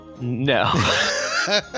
No